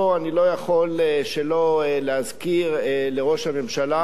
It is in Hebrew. אני לא יכול שלא להזכיר לראש הממשלה,